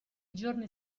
giorni